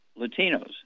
Latinos